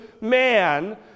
man